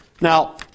Now